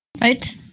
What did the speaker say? Right